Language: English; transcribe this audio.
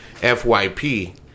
fyp